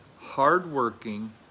hardworking